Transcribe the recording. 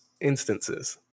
instances